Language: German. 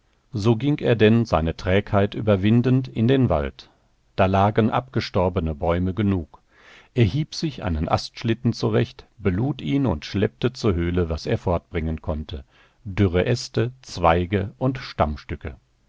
so ging er denn seine trägheit überwindend in den wald da lagen abgestorbene bäume genug er hieb sich einen astschlitten zurecht belud ihn und schleppte zur höhle was er fortbringen konnte dürre äste zweige und